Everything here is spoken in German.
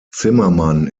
zimmermann